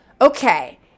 Okay